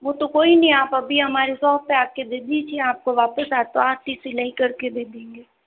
वो तो कोई नहीं आप अभी हमारे शॉप पर आ के दे दीजिए आपको वापस आए तो आपकी सिलाई कर के दे देंगे